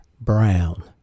Brown